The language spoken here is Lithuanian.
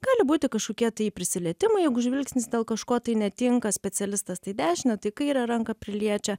gali būti kažkokie tai prisilietimai jeigu žvilgsnis dėl kažko tai netinka specialistas tai dešinę tai kairę ranką priliečia